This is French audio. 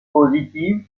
positives